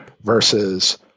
versus